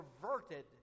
perverted